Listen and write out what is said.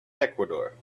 ecuador